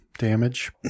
damage